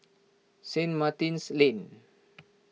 Saint Martin's Lane